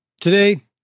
Today